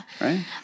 Right